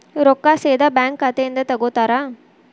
ರೊಕ್ಕಾ ಸೇದಾ ಬ್ಯಾಂಕ್ ಖಾತೆಯಿಂದ ತಗೋತಾರಾ?